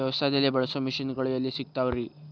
ವ್ಯವಸಾಯದಲ್ಲಿ ಬಳಸೋ ಮಿಷನ್ ಗಳು ಎಲ್ಲಿ ಸಿಗ್ತಾವ್ ರೇ?